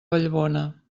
vallbona